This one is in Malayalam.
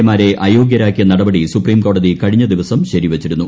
എമാരെ അയോഗ്യരാക്കിയ നടപടി സുപ്രീംകോടതി കിഴിഞ്ഞ് ദിവസം ശരിവച്ചിരുന്നു